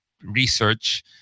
research